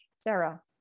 Sarah